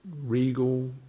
regal